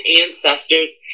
ancestors